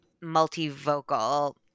multi-vocal